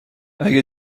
اگه